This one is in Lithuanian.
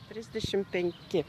trisdešimt penki